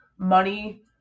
money